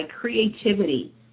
creativity